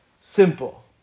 simple